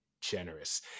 generous